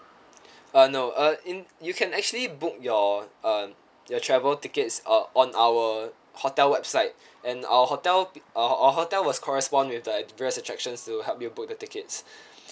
uh no uh in you can actually book your uh your travel tickets uh on our hotel website and our hotel uh our hotel will correspond with the various attractions to help you book the tickets